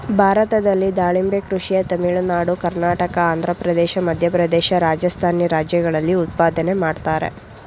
ಭಾರತದಲ್ಲಿ ದಾಳಿಂಬೆ ಕೃಷಿಯ ತಮಿಳುನಾಡು ಕರ್ನಾಟಕ ಆಂಧ್ರಪ್ರದೇಶ ಮಧ್ಯಪ್ರದೇಶ ರಾಜಸ್ಥಾನಿ ರಾಜ್ಯಗಳಲ್ಲಿ ಉತ್ಪಾದನೆ ಮಾಡ್ತರೆ